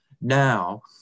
now